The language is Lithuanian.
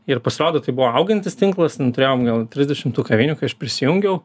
ir pasirodo tai buvo augantis tinklas turėjom gal trisdešim tų kavinių kai aš prisijungiau